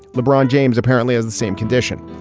lebron james apparently has the same condition.